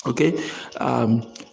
okay